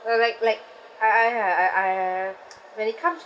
uh like like I I ya I I when it comes